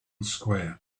square